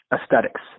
aesthetics